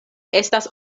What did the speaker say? estas